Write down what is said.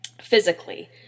physically